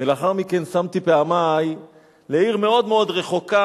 ולאחר מכן שמתי פעמי לעיר מאוד מאוד רחוקה,